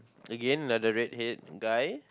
again like the red head guy